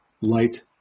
light